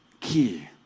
key